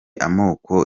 amoko